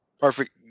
perfect